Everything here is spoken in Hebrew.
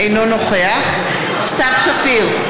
אינו נוכח סתיו שפיר,